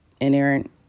inerrant